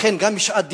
לכן גם בשעת דכדוכים,